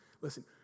Listen